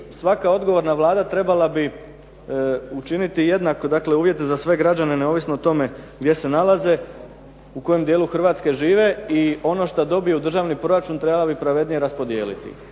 svaka odgovorna Vlada trebala bi učiniti jednake uvjete za sve građane, neovisno o tome gdje se nalaze, u kojem dijelu Hrvatske žive i ono što dobiju u državni proračun trebalo bi pravednije raspodijeliti.